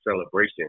celebration